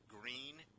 green